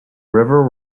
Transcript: river